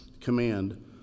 command